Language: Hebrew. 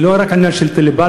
זה לא רק עניין של טלפתיה,